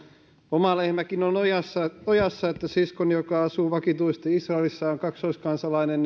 oma lehmäkin on ojassa ojassa että siskoni asuu vakituisesti israelissa ja on kaksoiskansalainen